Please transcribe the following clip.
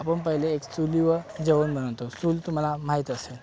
आपण पहिले एक चुलीवर जेवण बनवतो चूल तुम्हाला माहीत असेल